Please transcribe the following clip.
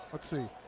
let's see.